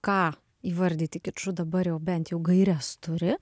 ką įvardyti kiču dabar jau bent jau gaires turi